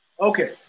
Okay